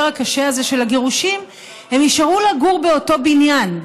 הקשה הזה של הגירושים הם יישארו לגור באותו בניין,